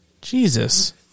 Jesus